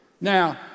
Now